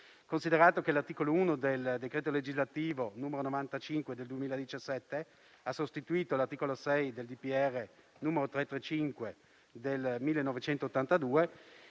Considerato che l'articolo 1 del decreto legislativo n. 95 del 2017 ha sostituito l'articolo 6 del decreto del